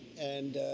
and,